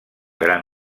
gran